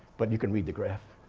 but you can read the graph,